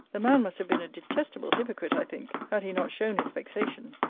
the man must have been a detestable hypocrite, i think, had he not shown his vexation.